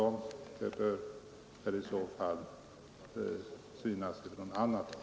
Prövningen av det får ske på annat håll.